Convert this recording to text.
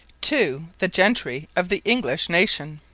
to the gentry of the english nation.